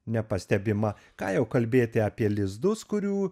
nepastebima ką jau kalbėti apie lizdus kurių